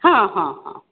हाँ हाँ हाँ